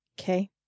Okay